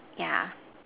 yeah